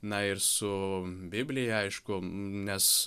na ir su biblija aišku nes